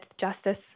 justice